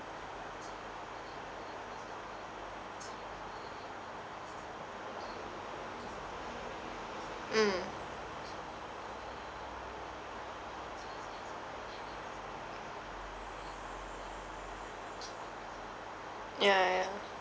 mm ya ya